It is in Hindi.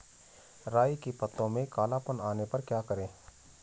राई के पत्तों में काला पन आने पर क्या करें?